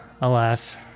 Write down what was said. Alas